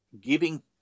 giving